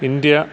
India